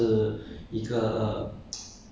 yeah s~